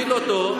הטלוויזיה.